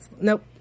Nope